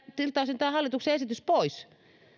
siltä osin tämä hallituksen esitys pois